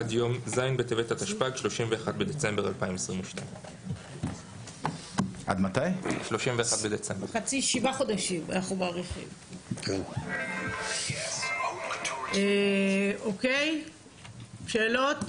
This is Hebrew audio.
עד יום ז' בטבת התשפ"ג (31 בדצמבר 2022). שאלות?